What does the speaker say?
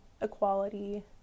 equality